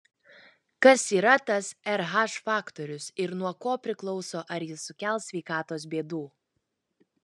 kas yra tas rh faktorius ir nuo ko priklauso ar jis sukels sveikatos bėdų